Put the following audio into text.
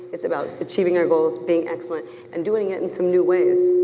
it's about achieving your goals, being excellent and doing it in some new ways.